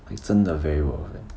like 真的 very worth one eh